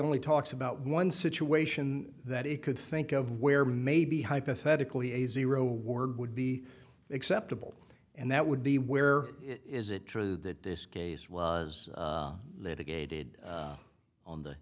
only talks about one situation that it could think of where maybe hypothetically a zero word would be acceptable and that would be where is it true that this case was litigated on the